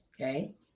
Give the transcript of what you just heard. okay